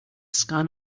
scan